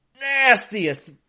nastiest